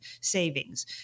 savings